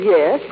Yes